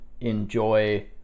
enjoy